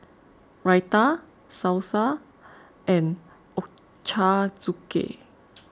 Raita Salsa and Ochazuke